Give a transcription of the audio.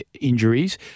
injuries